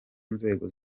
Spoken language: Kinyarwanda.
nzego